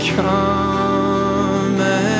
Come